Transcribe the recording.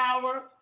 power